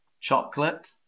Chocolate